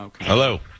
Hello